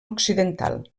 occidental